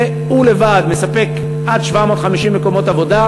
שהוא לבד מספק עד 750 מקומות עבודה,